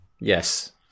Yes